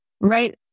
right